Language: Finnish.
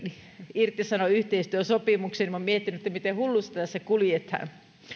irtisanoi yhteistyösopimuksen minä olen miettinyt miten hullussa tässä kuljetaan